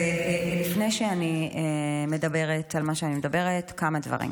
אז לפני שאני מדברת על מה שאני מדברת, כמה דברים: